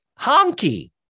Honky